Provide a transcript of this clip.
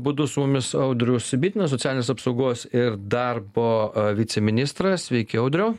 būdu su mumis audrius bitinas socialinės apsaugos ir darbo viceministras veikia audriau